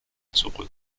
zurück